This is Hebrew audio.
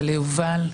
וליובל.